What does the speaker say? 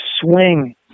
swing